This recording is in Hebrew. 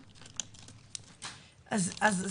אה, אה.